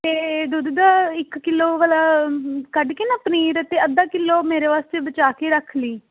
ਅਤੇ ਦੁੱਧ ਦਾ ਇਕ ਕਿਲੋ ਵਾਲਾ ਕੱਢ ਕੇ ਨਾ ਪਨੀਰ ਅਤੇ ਅੱਧਾ ਕਿਲੋ ਮੇਰੇ ਵਾਸਤੇ ਬਚਾ ਕੇ ਰੱਖ ਲਈਂ